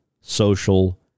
social